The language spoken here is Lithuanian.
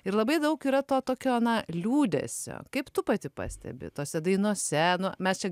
ir labai daug yra to tokio na liūdesio kaip tu pati pastebi tose dainose nu mes čia